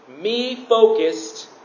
me-focused